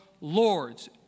lords